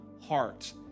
heart